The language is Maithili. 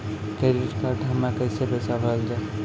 क्रेडिट कार्ड हम्मे कैसे पैसा भरल जाए?